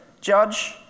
Judge